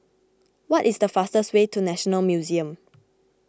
what is the fastest way to National Museum